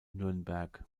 nürnberg